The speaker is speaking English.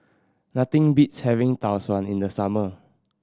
nothing beats having Tau Suan in the summer